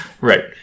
Right